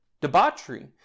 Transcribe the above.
Debauchery